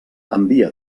envia